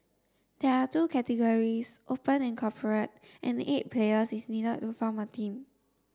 there are two categories Open and Corporate and eight players is needed to form a team